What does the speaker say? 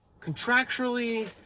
contractually